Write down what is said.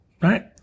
Right